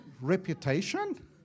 reputation